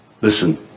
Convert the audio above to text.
Listen